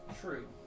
True